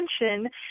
attention